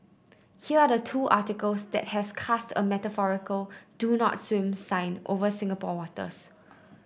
here are the two articles that has cast a metaphorical do not swim sign over Singapore waters